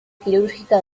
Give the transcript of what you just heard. quirúrgica